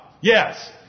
Yes